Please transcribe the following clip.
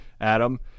Adam